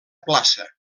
plaça